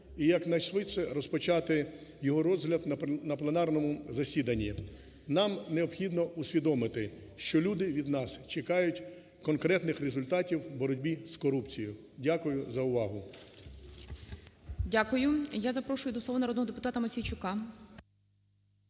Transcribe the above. і якнайшвидше розпочати його розгляд на пленарному засіданні. Нам необхідно усвідомити, що люди від нас чекають конкретних результатів в боротьбі з корупцією. Дякую за увагу. ГОЛОВУЮЧИЙ. Дякую. Я запрошую до слова народного депутатаМосійчука.